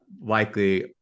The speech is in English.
likely